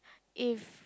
if